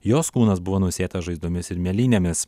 jos kūnas buvo nusėtas žaizdomis ir mėlynėmis